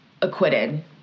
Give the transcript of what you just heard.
acquitted